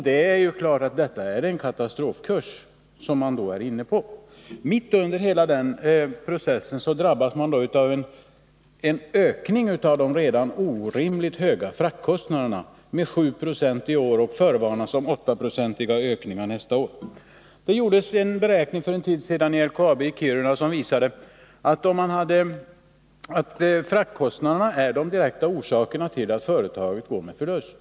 Det är klart att man då är inne på en katastrofkurs. Mitt under denna process drabbas man av en ökning av de redan nu orimligt höga fraktkostnaderna med sju procent i år, samtidigt som det förvarnas om en åttaprocentig ökning nästa år. En beräkning som gjordes för en tid sedan i LKAB i Kiruna visade att fraktkostnaderna är den direkta orsaken till att företaget går med förlust.